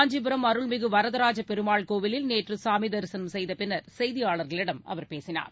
காஞ்சிபுரம் அருள்மிகு வரதராஜ பெருமாள் கோவிலில் நேற்று சாமி தரிசனம் செய்த பின்னர் செய்தியாளர்களிடம் அவர் பேசினார்